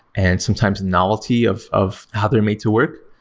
and sometimes nullity of of how they're made to work.